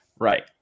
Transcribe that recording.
Right